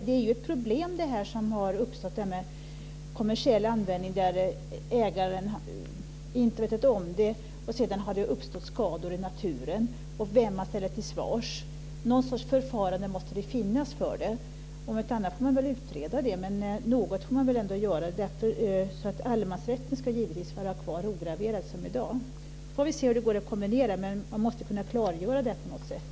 Det är ett problem som har uppstått med kommersiell användning där ägaren inte vetat om det och det sedan har uppstått skador i naturen. Vem ska man ställa till svars? Det måste finnas något slags förfarande för det. Om inte annat får man utreda den frågan. Något måste man ändå göra. Men allemansrätten ska givetvis vara kvar ograverad som i dag. Vi får se hur det går att kombinera. Man måste kunna klargöra det på något sätt.